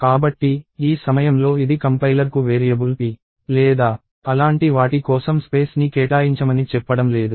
కాబట్టి ఈ సమయంలో ఇది కంపైలర్కు వేరియబుల్ p లేదా అలాంటి వాటి కోసం స్పేస్ ని కేటాయించమని చెప్పడం లేదు